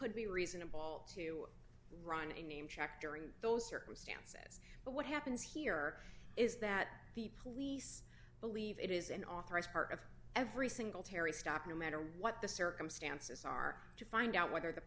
could be reasonable to run a name check during those circumstances but what happens here is that the police believe it is an authorized part of every single terry stop no matter what the circumstances are to find out whether the